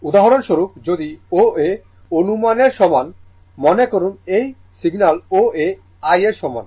উদাহরণস্বরূপ ধরুন O A অনুমানের সমান মনে করুন এই সিগন্যাল O A i এর সমান